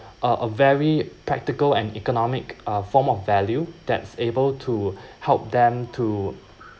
a a very practical and economic uh form of value that's able to help them to